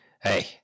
Hey